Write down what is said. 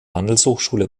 handelshochschule